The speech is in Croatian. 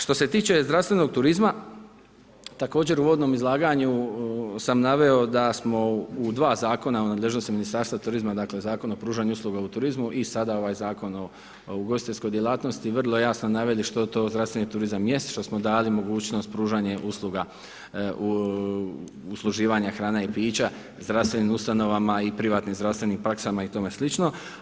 Što se tiče zdravstvenog turizma, također u uvodnom izlaganju, sam naveo da smo u dva zakona u nadležnosti Ministarstva turizma, dakle, Zakon o pružanju uslugu o turizmu i sada ovaj Zakon o ugostiteljskoj djelatnosti, vrlo jasno navede, što to zdravstveni turizam jest, što smo dali mogućnost pružanja usluga usluživanja hrana i pića, zdravstvenim ustanovama i privatnim zdravstveni praksama i tome slično.